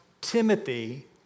Timothy